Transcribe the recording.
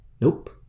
Nope